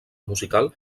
musical